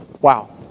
wow